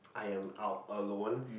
I am out alone